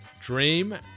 Dream